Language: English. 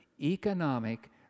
economic